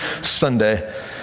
Sunday